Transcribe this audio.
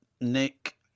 Nick